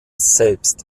selbst